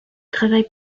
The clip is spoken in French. travaille